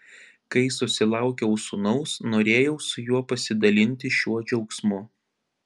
kai susilaukiau sūnaus norėjau su juo pasidalinti šiuo džiaugsmu